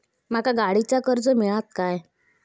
माका गाडीचा कर्ज मिळात काय?